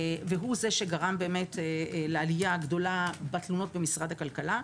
והוא זה שגרם באמת לעלייה הגדולה בתלונות במשרד הכלכלה.